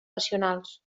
racionals